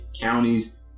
counties